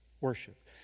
worship